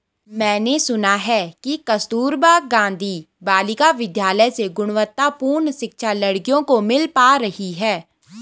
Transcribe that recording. मैंने सुना है कि कस्तूरबा गांधी बालिका विद्यालय से गुणवत्तापूर्ण शिक्षा लड़कियों को मिल पा रही है